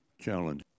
Challenge